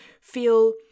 feel